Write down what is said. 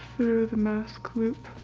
through the mask loop